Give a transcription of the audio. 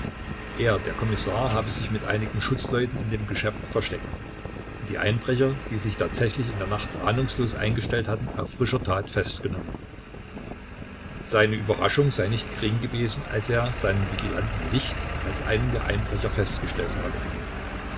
er der kommissar habe sich mit einigen schutzleuten in dem geschäft versteckt und die einbrecher die sich tatsächlich in der nacht ahnungslos eingestellt hatten auf frischer tat festgenommen seine überraschung sei nicht gering gewesen als er seinen vigilanten licht als einen der einbrecher festgestellt habe